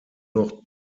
noch